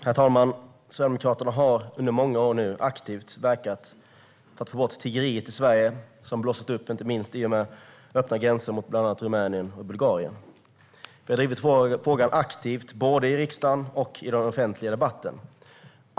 Herr talman! Sverigedemokraterna har under många år aktivt verkat för att få bort tiggeriet i Sverige, som har blossat upp, inte minst i och med öppna gränser mot bland annat Rumänien och Bulgarien. Vi har drivit frågan aktivt i både riksdagen och den offentliga debatten.